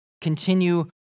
Continue